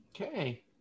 Okay